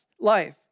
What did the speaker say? Life